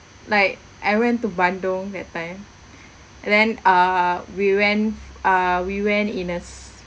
like I went to bandung that time and then err we went uh we went in a